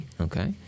okay